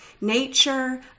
Nature